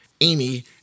amy